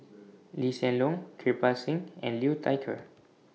Lee Hsien Loong Kirpal Singh and Liu Thai Ker